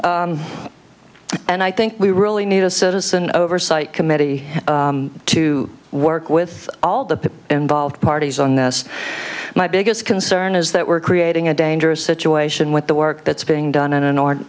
and i think we really need a citizen oversight committee to work with all the involved parties on this my biggest concern is that we're creating a dangerous situation with the work that's being done and in